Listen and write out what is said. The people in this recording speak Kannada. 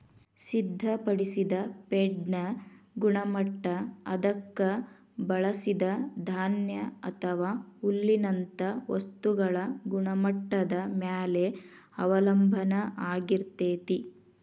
ಸಿದ್ಧಪಡಿಸಿದ ಫೇಡ್ನ ಗುಣಮಟ್ಟ ಅದಕ್ಕ ಬಳಸಿದ ಧಾನ್ಯ ಅಥವಾ ಹುಲ್ಲಿನಂತ ವಸ್ತುಗಳ ಗುಣಮಟ್ಟದ ಮ್ಯಾಲೆ ಅವಲಂಬನ ಆಗಿರ್ತೇತಿ